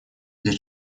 для